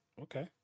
okay